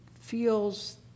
feels